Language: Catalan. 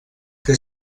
que